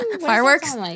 fireworks